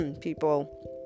people